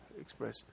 Express